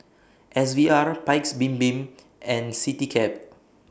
S V R Paik's Bibim and Citycab